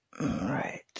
right